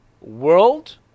world